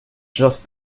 just